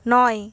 নয়